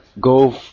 go